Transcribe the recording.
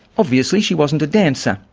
obviously, she wasn't a dancer.